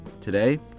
Today